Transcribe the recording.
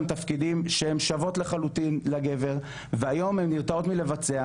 תפקידים שהם שוות לחלוטין לגבר והיום הן נרתעות מלבצע,